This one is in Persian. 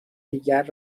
دیگر